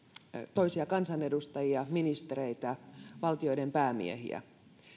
toisia kansanedustajia ministereitä valtioiden päämiehiä